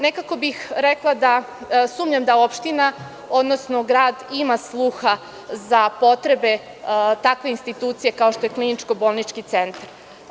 Nekako bih rekla da sumnjam da opština, odnosno grad ima sluha za potrebe takve institucije kao što je kliničko-bolnički centar.